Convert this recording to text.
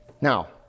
Now